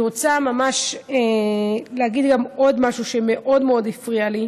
אני רוצה להגיד עוד משהו שמאוד מאוד הפריע לי.